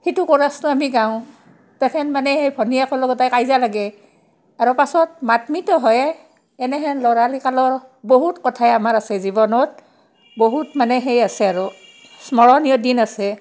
সেইটো কৰাচটো আমি গাওঁ তেখেন মানে সেই ভনীয়াকৰ লগত তাই কাজিয়া লাগে আৰু পাছত মাত মিত হয়ে এনেহেন ল'ৰালিকালৰ বহুত কথাই আমাৰ আছে জীৱনত বহুত মানে সেই আছে আৰু স্মৰণীয় দিন আছে